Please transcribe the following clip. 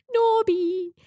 Norby